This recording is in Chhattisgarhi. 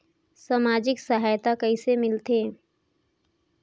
समाजिक सहायता कइसे मिलथे?